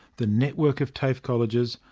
the network of tafe colleges,